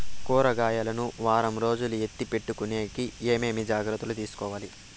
కూరగాయలు ను వారం రోజులు ఎత్తిపెట్టుకునేకి ఏమేమి జాగ్రత్తలు తీసుకొవాలి?